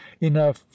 enough